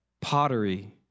pottery